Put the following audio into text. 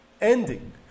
ending